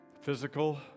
physical